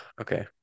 Okay